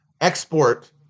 export